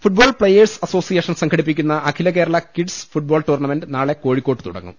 football players association സംഘടിപ്പിക്കുന്ന അഖിലകേരള kids football tournament നാളെ കോഴി ക്കോട്ട് തുടങ്ങും